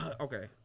okay